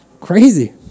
Crazy